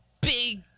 big